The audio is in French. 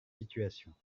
situation